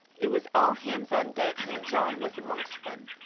it was all hands on deck, and john was amongst them.